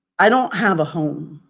i don't have a home.